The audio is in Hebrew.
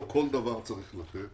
לא כל דבר צריך לתת